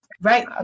Right